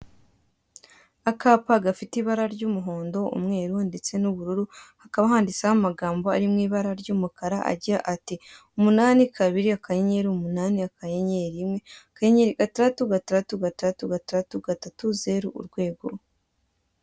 Akapa gafite ibara ry'umuhondo, umweru ndetse n'ubururu; hakaba handitseho amagambo ari mu ibara ry'umukara agira ati " umunani, kabiri, akanyenyeri, umunani, akanyenyeri, rimwe, akanyenyeri, gatandatu, gatandatu, gatandatu, gatandatu, gatatu, zero, urwego.